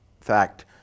fact